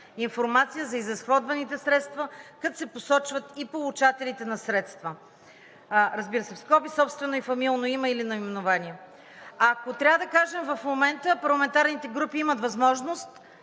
информация за изразходваните средства, като се посочват и получателите на средства – разбира се, в скоби – (собствено и фамилно име или наименование).“ Ако трябва да кажем в момента, парламентарните групи имат възможност